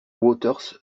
waters